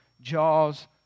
jaws